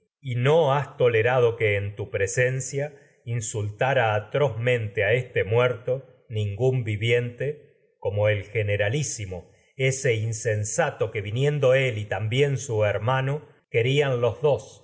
auxilio no has tolerado a tu pre insultara atrozmente este íhuerto ningún vi viente como do el generalísimo ese insensato que vinien su él y también hermano querían los dos